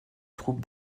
troupes